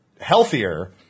healthier